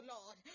Lord